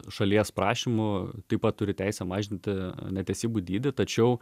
šalies prašymu taip pat turi teisę mažinti netesybų dydį tačiau